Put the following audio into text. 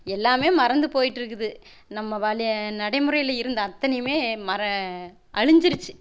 எல்லாம் மறந்து போய்கிட்ருக்குது நம்ம நடைமுறையில் இருந்த அத்தனையும் மற அழிஞ்சிருச்சு